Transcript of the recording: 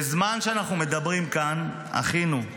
בזמן שאנחנו מדברים כאן אחינו,